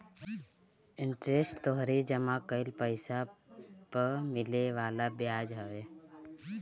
interest तोहरी जमा कईल पईसा पअ मिले वाला बियाज हवे